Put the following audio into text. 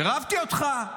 עירבתי אותך.